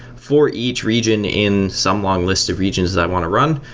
for each region in some long list of regions that i want to run,